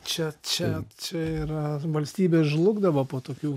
čia čia yra valstybės žlugdavo po tokių